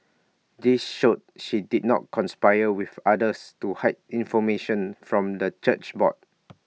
this showed she did not conspire with others to hide information from the church board